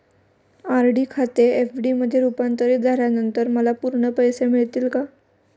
RD खाते FD मध्ये रुपांतरित झाल्यानंतर मला पूर्ण पैसे मिळतील का?